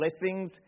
blessings